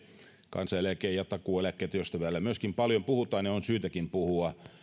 kansaneläke ja takuueläke joista täällä myöskin paljon puhutaan ja on syytäkin puhua